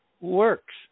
works